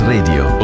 Radio